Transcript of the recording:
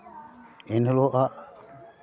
ᱮᱱ ᱦᱤᱞᱳᱜ ᱟᱜ